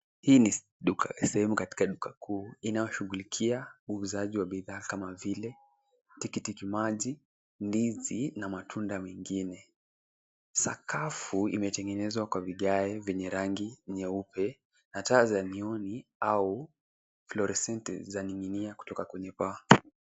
Hii ni sehemu katika duka kuu inayoshughulikia uuzaji wa bidhaa kama vile tikitimaji, ndizi, na matunda mengine. Sakafu imetengenezwa kwa vigae vyenye rangi nyeupe na taa za neon au fluorescent zaning'inia kutoka kwenye paa.